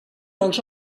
els